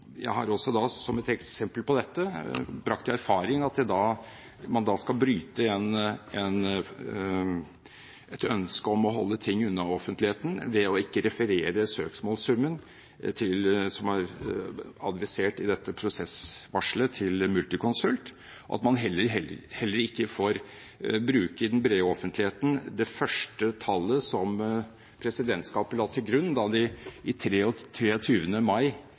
jeg har også som et eksempel på dette brakt i erfaring at man da skal bryte et ønske om å holde ting unna offentligheten ved ikke å referere søksmålssummen som er adressert i dette prosessvarselet til Multiconsult, og at man heller ikke får bruke i den brede offentligheten det første tallet som presidentskapet la til grunn da de den 23. mai